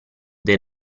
del